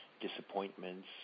disappointments